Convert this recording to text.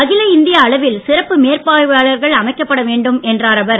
அகில இந்திய அளவில் சிறப்பு மேற்பார்வையாளர்கள் அமைக்கப்பட வேண்டும் என்றார் அவர்